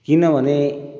किनभने